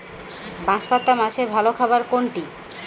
বাঁশপাতা মাছের ভালো খাবার কোনটি?